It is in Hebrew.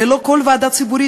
ללא כל ועדה ציבורית,